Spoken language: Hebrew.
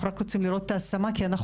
אנחנו רוצים לראות את ההשמה כי אנחנו